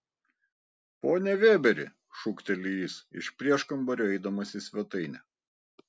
pone vėberi šūkteli jis iš prieškambario eidamas į svetainę